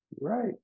Right